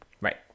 Right